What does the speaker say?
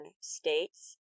states